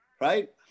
right